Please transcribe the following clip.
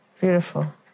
Beautiful